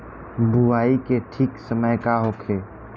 बुआई के ठीक समय का होखे?